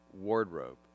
wardrobe